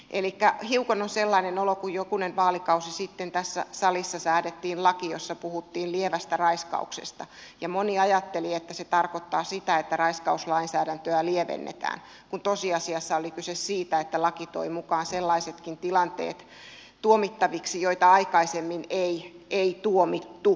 elikkä hiukan on sellainen olo kuin silloin kun jokunen vaalikausi sitten tässä salissa säädettiin laki jossa puhuttiin lievästä raiskauksesta ja moni ajatteli että se tarkoittaa sitä että raiskauslainsäädäntöä lievennetään kun tosiasiassa oli kyse siitä että laki toi mukaan sellaisetkin tilanteet tuomittaviksi joita aikaisemmin ei tuomittu